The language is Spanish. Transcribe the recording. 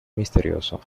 misterioso